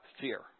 fear